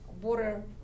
border